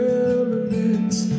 elements